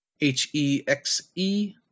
H-E-X-E